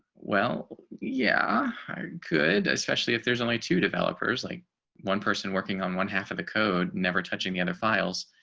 well yeah, i could, especially if there's only two developers like one person working on one half of the code never touching the other and files.